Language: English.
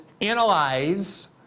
analyze